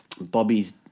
Bobby's